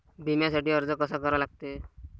बिम्यासाठी अर्ज कसा करा लागते?